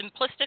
simplistic